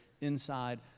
inside